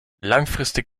langfristig